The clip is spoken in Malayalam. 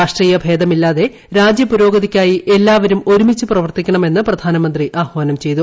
രാഷ്ട്രീയ ഭേദമില്ലാതെ രാജ്യപുരോഗതിക്കായി എല്ലാവരും ഒരുമിച്ച് പ്രവർത്തിക്കണമെന്ന് പ്രധാനമന്ത്രി ആഹ്വാനം ചെയ്തു